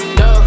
no